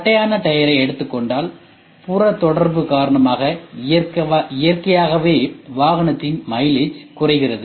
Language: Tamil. தட்டையான டயரை எடுத்துக் கொண்டால் புற தொடர்பு காரணமாக இயற்கையாகவே வாகனத்தின் மைலேஜ் குறைகிறது